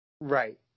Right